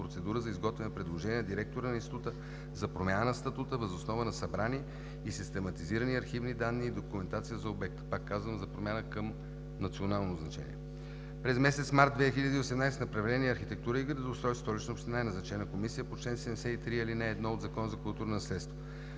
процедура за изготвяне на предложение от директора на Института за промяна на статута въз основа на събрани и систематизирани архивни данни и документация за обекта, пак казвам, за промяна към национално значение. През месец март 2018 г. в направление „Архитектура и градоустройство“ – Столична община, е назначена комисия по чл. 73, ал. 1 от Закона за културното наследство.